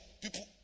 people